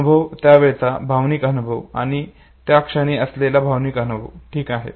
अनुभव त्यावेळचा भावनिक अनुभव आणि या क्षणी असलेला भावनिक अनुभव ठीक आहे